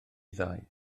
ddau